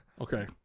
Okay